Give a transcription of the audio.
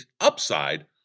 upside